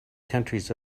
countries